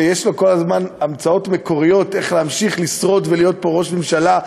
שיש לו כל הזמן המצאות מקוריות איך להמשיך לשרוד ולהיות פה ראש הממשלה,